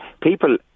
people